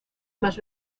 más